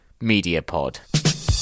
MEDIAPOD